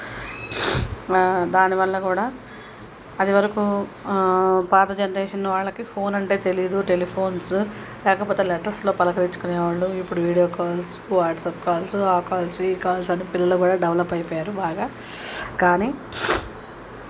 దానివల్ల కూడా అదివరకు పాత జనరేషన్ వాళ్ళకి ఫోన్ అంటే తెలియదు టెలీఫోన్స్ లేకపోతే లెటర్స్లో పలకరించుకునే వాళ్ళు ఇప్పుడు వీడియో కాల్స్ వాట్సప్ కాల్స్ ఆ కాల్స్ ఈ కాల్స్ అని పిల్లలు కూడా డెవలప్ అయిపోయారు బాగా కానీ